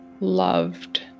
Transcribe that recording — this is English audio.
loved